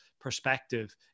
perspective